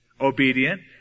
obedient